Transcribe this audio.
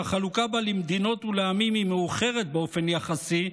שהחלוקה בה למדינות ולעמים היא מאוחרת באופן יחסי,